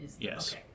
Yes